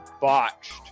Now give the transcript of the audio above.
botched